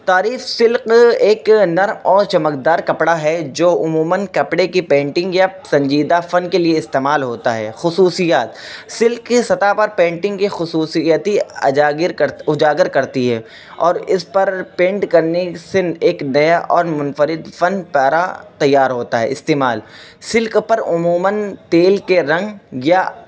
تعریف سلک ایک نر اور چمکدار کپڑا ہے جو عموماً کپڑے کی پینٹنگ یا سنجیدہ فن کے لیے استعمال ہوتا ہے خصوصیات سلک کی سطح پر پینٹنگ کی خصوصیتی اجاگر اجاگر کرتی ہے اور اس پر پینٹ کرنے سن ایک نیا اور منفرد فن پارہ تیار ہوتا ہے استعمال سلک پر عموماً تیل کے رنگ یا